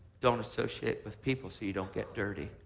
don't associate with people so you don't get dirty.